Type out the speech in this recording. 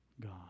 God